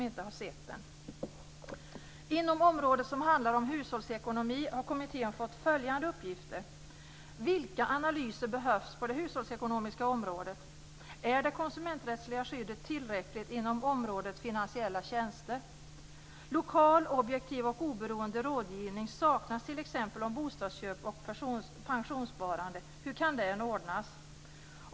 Inom området som handlar om hushållsekonomi har kommittén fått följande uppgifter: Vilka analyser behövs på det hushållsekonomiska området? Är det konsumenträttsliga skyddet tillräckligt inom området finansiella tjänster? Lokal, objektiv och oberoende rådgivning saknas t.ex. om bostadsköp och pensionssparande - hur kan den ordnas?